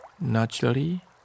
naturally